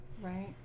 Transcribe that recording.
Right